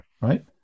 right